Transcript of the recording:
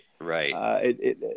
Right